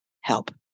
help